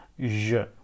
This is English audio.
je